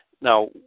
now